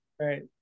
right